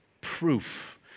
proof